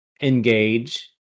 engage